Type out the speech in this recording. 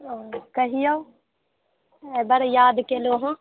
कहियौ बड़ याद केलहुँ हँ